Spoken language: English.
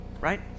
right